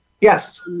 Yes